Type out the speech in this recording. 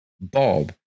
Bob